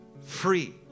free